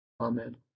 amen